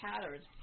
patterns